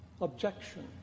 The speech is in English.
objection